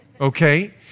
okay